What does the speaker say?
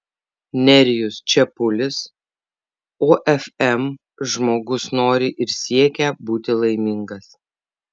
nerijus čepulis ofm žmogus nori ir siekia būti laimingas